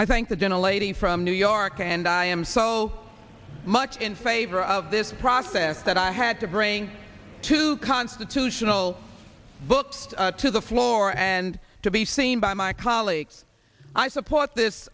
i thank the gentle eighty from new york and i am so much in favor of this process that i had to bring to constitutional book to the floor and to be seen by my colleagues i support this